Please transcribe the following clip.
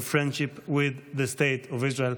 friendship with the state of Israel.